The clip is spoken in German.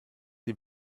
die